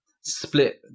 split